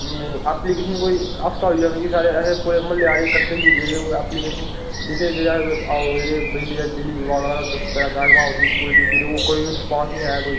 नेईं नेईं ऐप्लीकेशन कोई हफ्ता होई गेआ मिकी सारे असें पूरे म्हल्ले आह्ले कट्ठे होइयै गेदे हे ऐप्लीकेशन लिखियै गे अस ओह् जेह्ड़े भाई ओ जेह्ड़े बिजली विभाग आह्ला दफ्तर ऐ मैह्कमा उसी पूरे तरीके नै ओह् कोई रिस्पांस निं आया कोई